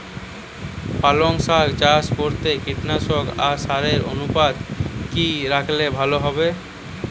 পালং শাক চাষ করতে কীটনাশক আর সারের অনুপাত কি রাখলে ভালো হবে?